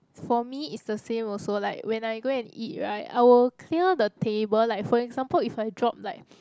for me is the same also like when I go and eat right I will clear the table like for example if I drop like